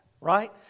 Right